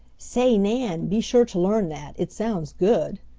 say, nan, be sure to learn that. it sounds good,